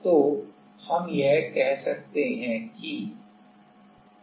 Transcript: तो हम यह कैसे कर सकते हैं